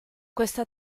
questa